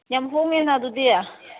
ꯌꯥꯝ ꯍꯣꯡꯉꯦꯅ ꯑꯗꯨꯗꯤ